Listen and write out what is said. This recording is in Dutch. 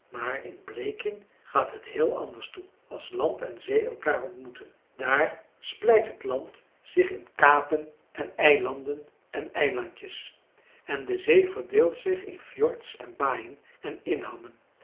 maar in bleking gaat het heel anders toe als land en zee elkaar ontmoeten daar splijt het land zich in kapen en eilanden en eilandjes en de zee verdeelt zich in fjords en baaien en inhammen